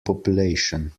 population